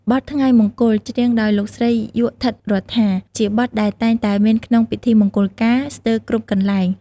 បទ "ថ្ងៃមង្គល" ច្រៀងដោយលោកស្រី យក់ ឋិតរដ្ឋា ជាបទដែលតែងតែមានក្នុងពិធីមង្គលការស្ទើរគ្រប់កន្លែង។